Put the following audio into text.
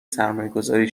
سرمایهگذاری